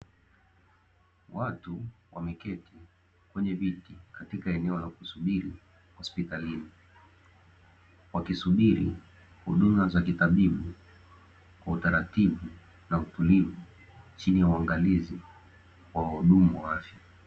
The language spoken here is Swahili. Watu wameketi kwenye viti katika eneo la kusubiri hospitalini, wakisubiri huduma za kitabibu kwa utaratibu na utulivu, chini ya uangalizi wa wahudumu wa afya.